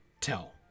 tell